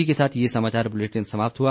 इसी के साथ ये समाचार बुलेटिन समाप्त हुआ